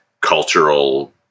cultural